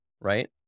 right